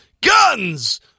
Guns